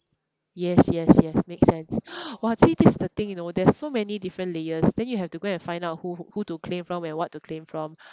yes yes yes makes sense !wah! see this is the thing you know there's so many different layers then you have to go and find out who who to claim from and what to claim from